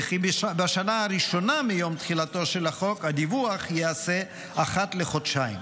וכי בשנה הראשונה מיום תחילתו של החוק הדיווח ייעשה אחת לחודשיים.